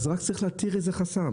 אז רק צריך להתיר איזה שהוא חסם.